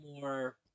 more